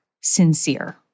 sincere